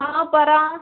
ആ പറ